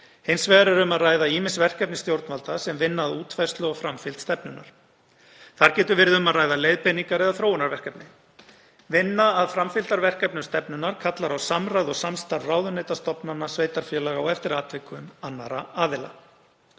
Hins vegar er um að ræða ýmis verkefni stjórnvalda sem vinna að útfærslu og framfylgd stefnunnar. Þar getur verið um að ræða leiðbeiningar- eða þróunarverkefni. Vinna að framfylgdarverkefnum stefnunnar kallar á samráð og samstarf ráðuneyta, stofnana, sveitarfélaga og eftir atvikum annarra aðila.